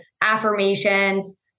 Affirmations